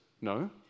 no